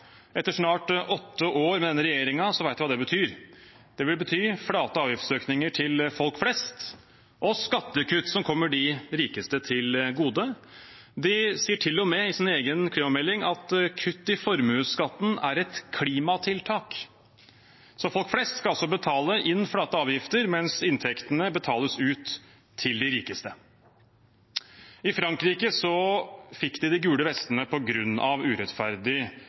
Etter snart åtte år med denne regjeringen vet vi hva det betyr. Det vil bety flate avgiftsøkninger til folk flest og skattekutt som kommer de rikeste til gode. De sier til og med i sin egen klimamelding at kutt i formuesskatten er et klimatiltak. Så folk flest skal altså betale inn flate avgifter, mens inntektene betales ut til de rikeste. I Frankrike fikk de de gule vestene på grunn av urettferdig